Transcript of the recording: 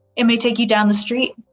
it may take you down the street,